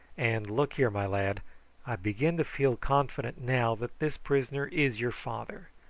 and look here, my lad i begin to feel confident now that this prisoner is your father.